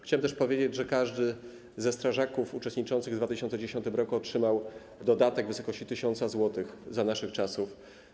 Chciałem też powiedzieć, że każdy ze strażaków uczestniczących w 2010 r. otrzymał dodatek w wysokości 1000 zł - za naszych czasów.